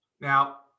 Now